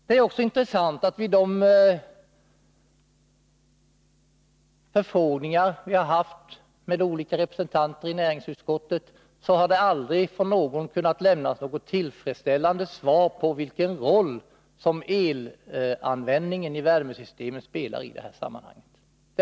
Det är också intressant att vid de utfrågningar vi har haft med olika representanter i näringsutskottet har det aldrig av någon kunnat lämnas ett tillfredsställande svar på frågan, vilken roll elanvändningen i värmesystemet spelar i det här sammanhanget.